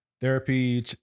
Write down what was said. Therapy